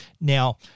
Now